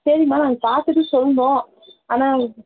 சரிம்மா பார்த்துட்டு சொல்லணும் ஆனால்